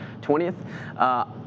20th